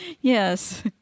Yes